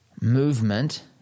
movement